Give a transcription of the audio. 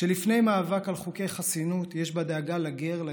שלפני מאבק על חוקי חסינות יש בה דאגה לגר,